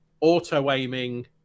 auto-aiming